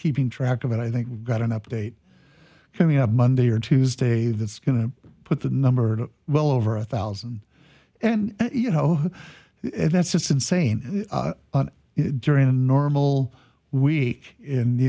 keeping track of it i think we've got an update coming up monday or tuesday that's going to put the number well over a thousand and you know that's just insane during a normal week in the